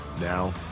Now